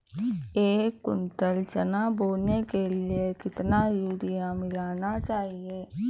एक कुंटल चना बोने के लिए कितना यूरिया मिलाना चाहिये?